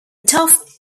tough